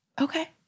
Okay